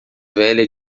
velha